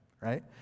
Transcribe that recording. right